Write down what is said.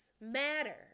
matter